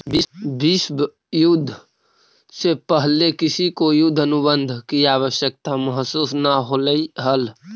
विश्व युद्ध से पहले किसी को युद्ध अनुबंध की आवश्यकता महसूस न होलई हल